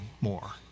more